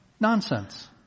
Nonsense